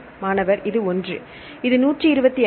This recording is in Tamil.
மாணவர் இது ஒன்று இது 125